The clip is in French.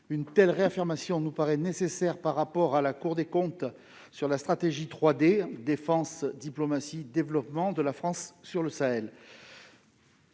Une telle réaffirmation nous paraît nécessaire compte tenu des observations de la Cour des comptes sur la stratégie 3D- défense, diplomatie, développement -de la France au Sahel.